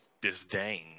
disdain